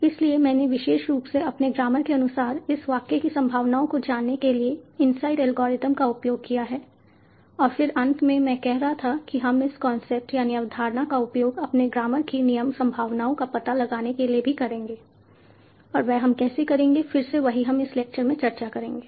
इसलिए मैंने विशेष रूप से अपने ग्रामर के अनुसार इस वाक्य की संभावनाओं को जानने के लिए इनसाइड एल्गोरिथ्म का उपयोग किया है और फिर अंत में मैं कह रहा था कि हम इस कंसेप्टअवधारणा का उपयोग अपने ग्रामर की नियम सम्भावनाओं का पता लगाने के लिए भी करेंगे और वह हम कैसे करेंगे फिर से वही हम इस लेक्चर में चर्चा करेंगे